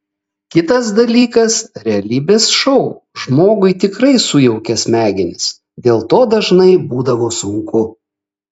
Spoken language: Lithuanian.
kitas dalykas realybės šou žmogui tikrai sujaukia smegenis dėl to dažnai būdavo sunku